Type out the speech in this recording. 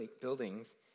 buildings